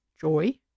joy